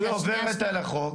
לא, זה ממש לא עוברת על החוק.